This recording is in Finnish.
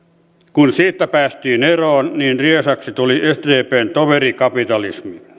kun siitä päästiin eroon niin riesaksi tuli sdpn toverikapitalismi